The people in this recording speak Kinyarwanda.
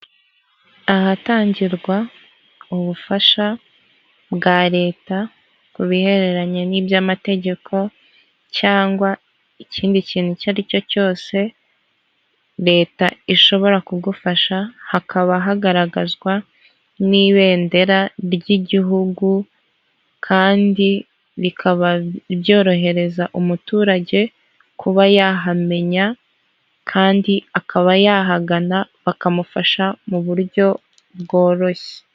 Ahatangirwa ubufasha bwa leta ku bihereranye n'iby'amategeko cyangwa ikindi kintu icyo ari cyo cyose leta ishobora kugufasha hakaba hagaragazwa n'ibendera ry'igihugu kandi ri bikaba byorohereza umuturage kuba yahamenya kandi akaba yahagana bakamufasha mu buryo bworoshye.